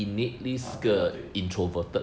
uh 对 lah 对